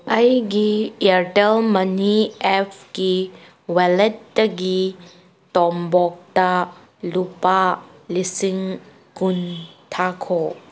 ꯑꯩꯒꯤ ꯏꯌꯔꯇꯦꯜ ꯃꯅꯤ ꯑꯦꯞꯀꯤ ꯋꯂꯦꯠꯇꯒꯤ ꯇꯣꯝꯕꯣꯛꯇ ꯂꯨꯄꯥ ꯂꯤꯁꯤꯡ ꯀꯨꯟ ꯊꯥꯈꯣ